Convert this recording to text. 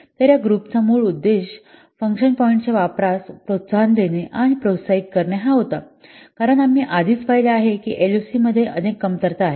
तर या ग्रुप चा मूळ उद्देश फंक्शन पॉईंट्सच्या वापरास प्रोत्साहन देणे आणि प्रोत्साहित करणे हा होता कारण आम्ही आधीच पाहिले आहे की एलओसीमध्ये अनेक कमतरता आहेत